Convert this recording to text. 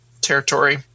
territory